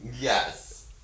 Yes